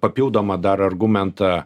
papildomą dar argumentą